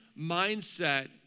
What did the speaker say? mindset